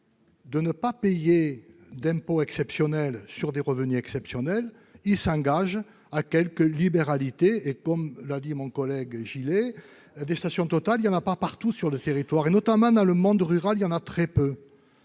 De ne pas payer d'impôt exceptionnel sur des revenus exceptionnels, il s'engage à quelques libéralités et comme l'a dit mon collègue, Gilles et des stations Total, il y en a pas partout sur le territoire, et notamment dans le monde rural, il y en a très peu.